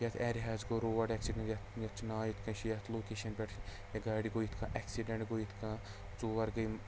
یَتھ ایریاہَس گوٚو روڈ اٮ۪کسِڈٮ۪نٛٹ یَتھ یَتھ چھُ ناو یِتھ کَنۍ چھِ یَتھ لوکیشَن پٮ۪ٹھ یا گاڑِ گوٚو یِتھ کَنۍ اٮ۪کسِڈٮ۪نٛٹ گوٚو یِتھ کٔہ ژور گٔے